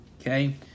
Okay